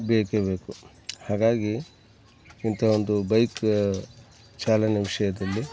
ಬೇಕೇ ಬೇಕು ಹಾಗಾಗಿ ಇಂಥ ಒಂದು ಬೈಕ್ ಚಾಲನೆ ವಿಷಯದಲ್ಲಿ